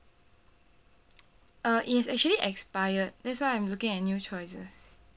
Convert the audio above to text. uh it has actually expired that's why I'm looking at new choices